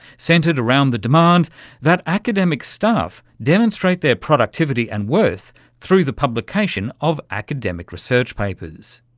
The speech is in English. centred around the demand that academic staff demonstrate their productivity and worth through the publication of academic research papers.